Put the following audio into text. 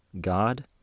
god